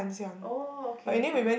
oh okay okay